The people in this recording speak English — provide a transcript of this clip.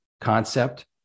concept